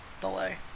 delay